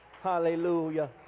Hallelujah